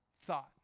thought